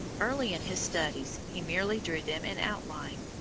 early in his studies he merely drew them in outline.